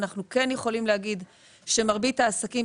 אנחנו כן יכולים להגיד שמרבית העסקים,